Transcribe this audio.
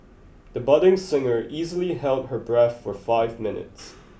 the budding singer easily held her breath for five minutes